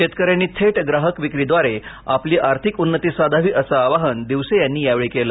शेतकऱ्यांनी थेट ग्राहक विक्रीद्वारे आपली आर्थिक उन्नती साधावी असं आवाहन दिवसे यांनी यावेळी केलं